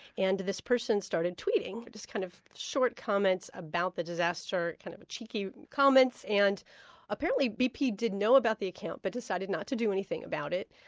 and this person started tweeting, these kind of short comments about the disaster, kind of cheeky comments, and apparently bp did know about the account but decided not to do anything about it.